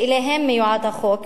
שאליהם מיועד החוק,